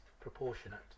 proportionate